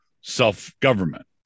self-government